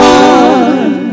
one